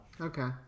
Okay